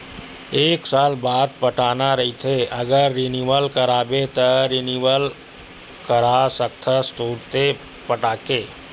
एक साल बाद पटाना रहिथे अगर रिनवल कराबे त रिनवल करा सकथस तुंरते पटाके